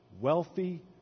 wealthy